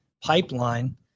pipeline